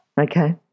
Okay